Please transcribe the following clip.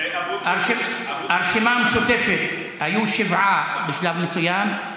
היו ארבעה בשלב מסוים.